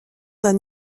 d’un